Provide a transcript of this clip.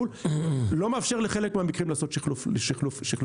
לא מאפשר לחלק מהמקרים לעשות שחלוף משכנתאות.